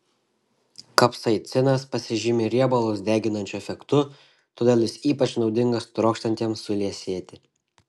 kapsaicinas pasižymi riebalus deginančiu efektu todėl jis ypač naudingas trokštantiems suliesėti